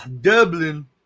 Dublin